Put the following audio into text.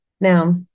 Now